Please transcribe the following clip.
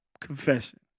confession